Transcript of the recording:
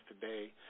today